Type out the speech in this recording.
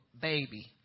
baby